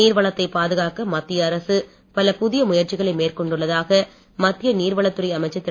நீர்வளத்தை பாதுகாக்க மத்திய அரசு பல புதிய முயற்சிகளை மேற்கொண்டுள்ளதாக மத்திய நீர்வளத்துறை அமைச்சர் திரு